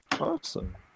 Awesome